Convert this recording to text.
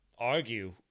argue